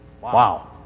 Wow